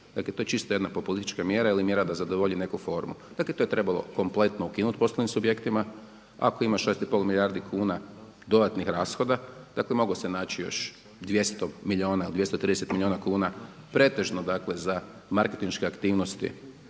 Dakle, to je čisto jedna populistička mjera ili mjera da zadovolji neku formu. Dakle, to je trebalo kompletno ukinuti poslovnim subjektima. Ako ima 6,5 milijardi kuna dodatnih rashoda, dakle moglo se naći još 200 milijuna ili 230 milijuna kuna pretežno za dakle marketinške aktivnosti